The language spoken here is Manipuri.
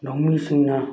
ꯂꯧꯃꯤꯁꯤꯡꯅ